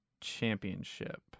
Championship